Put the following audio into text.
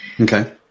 Okay